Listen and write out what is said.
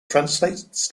translates